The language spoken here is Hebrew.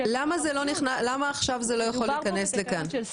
למה עכשיו זה לא יכול להיכנס לתקנות האלה?